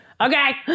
okay